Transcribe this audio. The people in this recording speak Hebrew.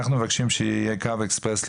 אנחנו מבקשים שיהיה קו אקספרס לירושלים,